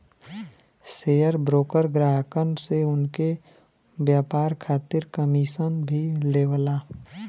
share broker ग्राहकन से उनके व्यापार खातिर कमीशन भी लेवला